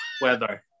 weather